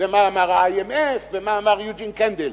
ומה אמר ה-IMF ומה אמר יוג'ין קנדל.